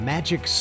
Magic